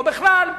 או בכלל.